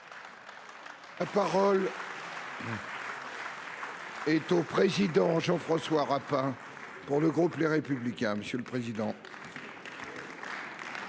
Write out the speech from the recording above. La parole est à M. Jean François Rapin, pour le groupe Les Républicains.